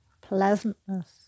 pleasantness